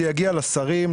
זה יגיע לשרים,